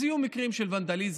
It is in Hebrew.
אז יהיו מקרים של ונדליזם,